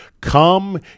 come